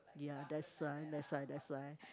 ya that's why that's why that's why